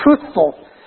truthful